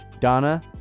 Donna